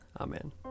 Amen